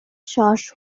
charged